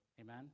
Amen